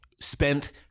spent